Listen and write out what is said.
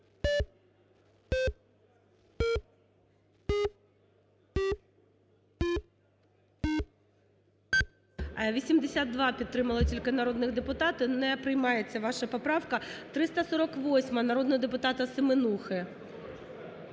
82 підтримали тільки народних депутати. Не приймається ваша поправка. 348-а, народного депутата Семенухи.